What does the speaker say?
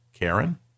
Karen